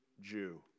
Jew